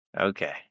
Okay